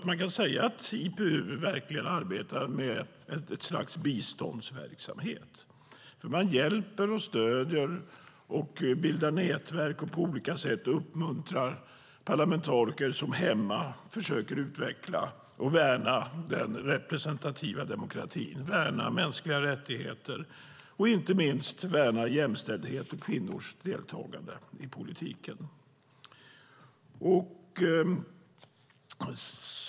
Man kan säga att IPU verkligen arbetar med ett slags biståndsverksamhet, för man hjälper, stöder, bildar nätverk och uppmuntrar på olika sätt parlamentariker som hemma försöker utveckla och värna den representativa demokratin, mänskliga rättigheter och inte minst jämställdhet och kvinnors deltagande i politiken.